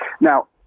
Now